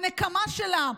והנקמה שלה,